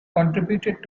contributed